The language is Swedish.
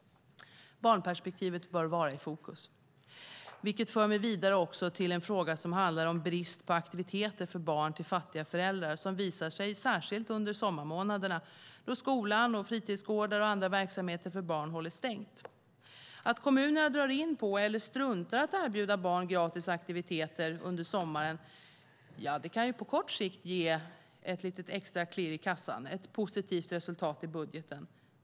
Barnperspektivet bör vara i fokus, vilket för mig vidare till en fråga som handlar om brist på aktiviteter för barn till fattiga föräldrar. Det visar sig särskilt under sommarmånaderna, då skola, fritidsgårdar och andra verksamheter för barn håller stängt. Att kommunerna drar in på eller struntar i att erbjuda barn gratis aktiviteter under sommaren kan på kort sikt ge ett litet extra klirr i kassan, ett positivt resultat i budgeten.